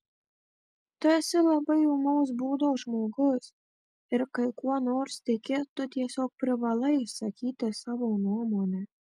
tu esi labai ūmaus būdo žmogus ir kai kuo nors tiki tu tiesiog privalai išsakyti savo nuomonę